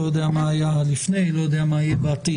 לא יודע מה היה קודם לכן ולא יודע מה יהיה בעתיד.